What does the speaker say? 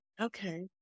Okay